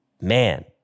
Man